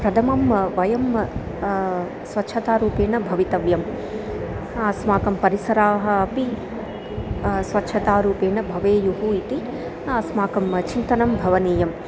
प्रथमं वयं स्वच्छतारूपेण भवितव्यम् अस्माकं परिसराः अपि स्वच्छतारूपेण भवेयुः इति अस्माकं चिन्तनं भवनीयम्